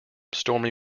stormy